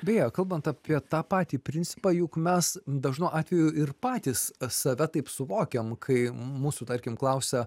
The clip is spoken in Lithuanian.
beje kalbant apie tą patį principą juk mes dažnu atveju ir patys save taip suvokiam kai mūsų tarkim klausia